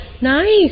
Nice